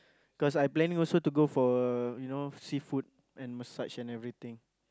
cause I planning also to go for you know seafood and massage and everything